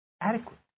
adequate